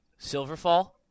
Silverfall